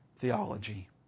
theology